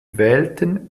wählten